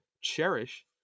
cherish